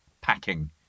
packing